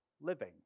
living